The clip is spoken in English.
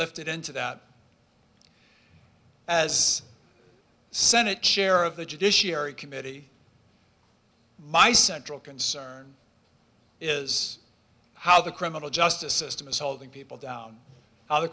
lifted into that as senate chair of the judiciary committee my central concern is how the criminal justice system is holding people down how the